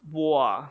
我 ah